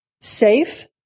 safe